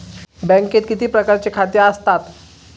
बँकेत किती प्रकारची खाती आसतात?